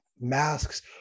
masks